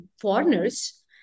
foreigners